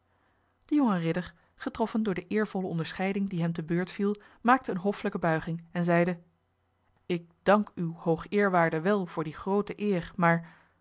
de jonge ridder getroffen door de eervolle onderscheiding die hem te beurt viel maakte eene hoffelijke buiging en zeide ik dank uw hoogeerwaarde wel voor die groote eer maar